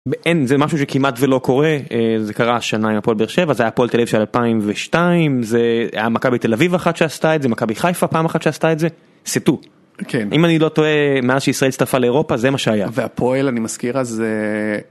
אין זה משהו שכמעט ולא קורה זה קרה השנה עם הפועל באר שבע זה הפועל תל אביב של 2002 זה המכבי תל אביב אחת שעשתה את זה מכבי חיפה פעם אחת שעשתה את זה. c'est tout כן אם אני לא טועה מאז שישראל הצטרפה לאירופה זה מה שהיה והפועל אני מזכיר אז.